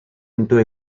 into